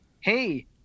hey